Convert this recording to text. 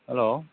hello